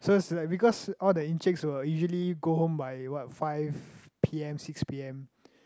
so it's like because all the Enciks will usually go home by what five p_m six p_m